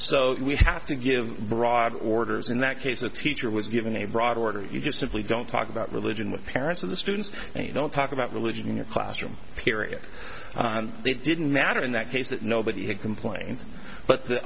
so we have to give broad orders in that case the teacher was given a broad order you just simply don't talk about religion with parents of the students you don't talk about religion in your classroom period they didn't matter in that case that nobody had complained but the